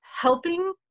helping